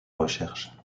recherche